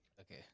okay